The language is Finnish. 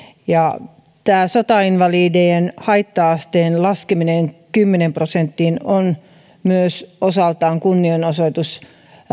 tämä sotainvalidien haitta asteen laskeminen kymmeneen prosenttiin on osaltaan myös kunnianosoitus